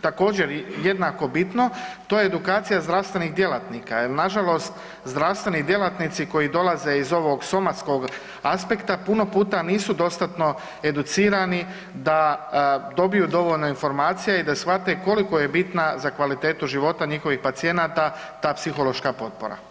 također jednako bitno to je edukacija zdravstvenih djelatnika jer nažalost zdravstveni djelatnici koji dolaze iz ovog somatskog aspekta puno puta nisu dostatno educirani da dobiju dovoljno informacija i da shvate koliko je bitna za kvalitetu života njihovih pacijenata ta psihološka potpora.